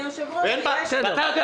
אני מזכירה לאדוני היושב-ראש --- הולכת להיות